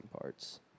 parts